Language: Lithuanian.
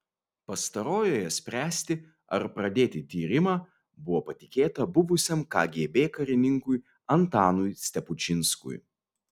pastarojoje spręsti ar pradėti tyrimą buvo patikėta buvusiam kgb karininkui antanui stepučinskui